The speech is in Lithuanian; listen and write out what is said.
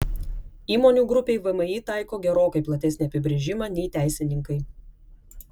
įmonių grupei vmi taiko gerokai platesnį apibrėžimą nei teisininkai